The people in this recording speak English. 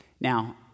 Now